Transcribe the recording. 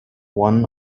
one